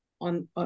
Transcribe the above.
on